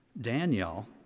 Daniel